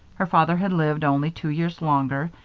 her father had lived only two years longer,